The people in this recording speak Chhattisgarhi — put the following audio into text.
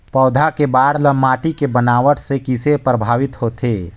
पौधा के बाढ़ ल माटी के बनावट से किसे प्रभावित होथे?